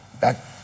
back